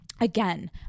again